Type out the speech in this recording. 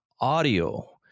audio